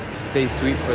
stay sweet for